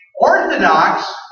orthodox